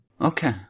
Okay